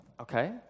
okay